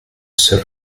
seul